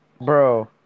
bro